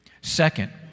Second